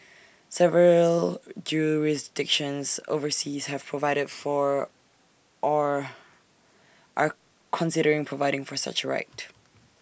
several jurisdictions overseas have provided for or are considering providing for such right